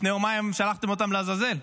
לפני יומיים שלחתם אותם לעזאזל.